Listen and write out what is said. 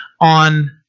on